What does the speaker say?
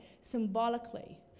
symbolically